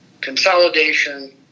consolidation